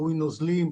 עירוי נוזלים,